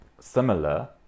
similar